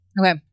Okay